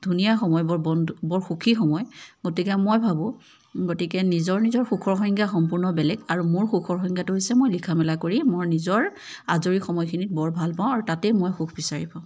বৰ ধুনীয়া সময় বৰ সুখী সময় গতিকে মই ভাবোঁ গতিকে নিজৰ নিজৰ সুখৰ সংজ্ঞা বেলেগ আৰু মোৰ সুখৰ সংজ্ঞাটো হৈছে মই লিখা মেলা কৰি মোৰ নিজৰ আজৰি সময়খিনিত বৰ ভাল পাওঁ আৰু তাতেই মই সুখ বিচাৰি পাওঁ